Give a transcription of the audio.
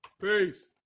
Peace